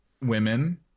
women